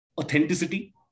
authenticity